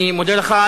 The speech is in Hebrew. אני מודה לך.